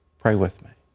pray with me.